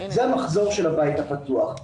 זה המחזור של הבית הפתוח,